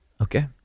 Okay